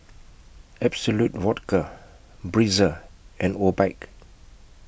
Absolut Vodka Breezer and Obike